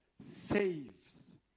saves